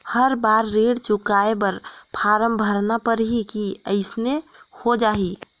हर बार ऋण चुकाय बर फारम भरना पड़ही की अइसने हो जहीं?